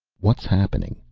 what's happening?